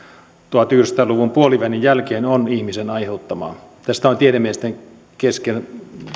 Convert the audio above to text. tuhatyhdeksänsataa luvun puolivälin jälkeen on ihmisen aiheuttamaa tästä on tiedemiesten kesken